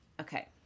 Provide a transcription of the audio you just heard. Okay